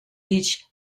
each